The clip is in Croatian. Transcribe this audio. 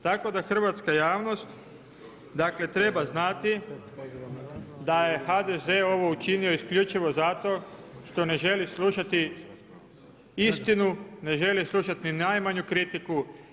Tako da hrvatska javnost, dakle treba znati da je HDZ ovo učinio isključivo zato što ne želi slušati istinu, ne želi slušati ni najmanju kritiku.